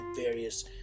various